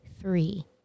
three